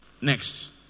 Next